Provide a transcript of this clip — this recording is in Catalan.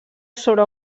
sobre